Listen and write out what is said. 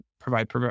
provide